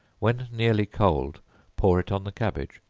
when nearly cold pour it on the cabbage,